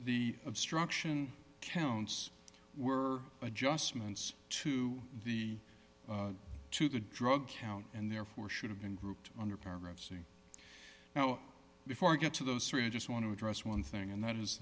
the obstruction counts were adjustments to the to the drug count and therefore should have been grouped under paragraph c now before we get to those three i just want to address one thing and that is